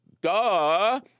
duh